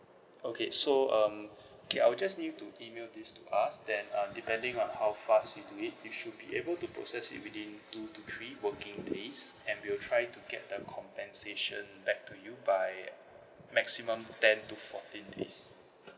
okay so um okay I'll just need you to email this to us then um depending on how fast you do it we should be able to process it within two to three working days and we will try to get the compensation back to you by maximum ten to fourteen days